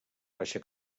baixa